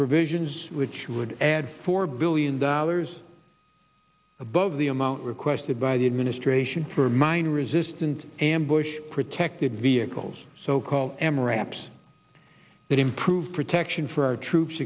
provisions which would add four billion dollars above the amount requested by the administration for mine resistant ambush protected vehicles so called m raps that improve protection for our troops